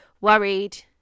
worried